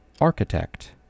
architect